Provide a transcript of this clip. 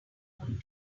going